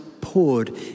poured